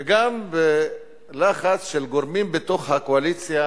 וגם בלחץ של גורמים בתוך הקואליציה